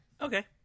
Okay